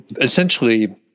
essentially